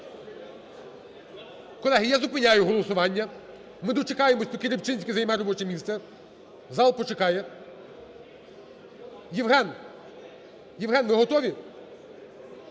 Колеги, я зупиняю голосування. Ми дочекаємося поки Рибчинський займе робоче місце, зал почекає. Євген, Євген, ви готові?